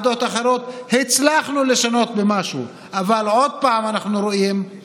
אבל מי